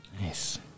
Nice